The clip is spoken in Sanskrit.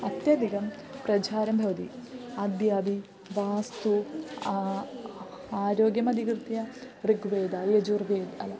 अत्यधिकं प्रचारं भवति अद्यापि वास्तु आरोग्यमधिकृत्य ऋग्वेदः यजुर्वेदः अलं